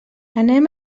anem